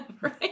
right